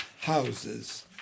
houses